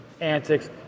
antics